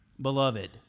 Beloved